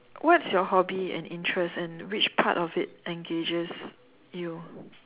what's your hobby and interest and which part of it engages you